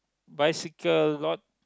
bicycle lot